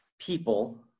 people